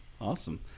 Awesome